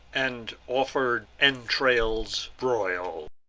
and offered entrails broil.